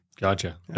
Gotcha